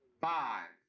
by